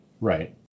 Right